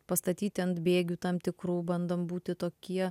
pastatyti ant bėgių tam tikrų bandom būti tokie